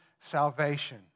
salvation